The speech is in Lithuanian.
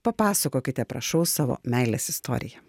papasakokite prašau savo meilės istoriją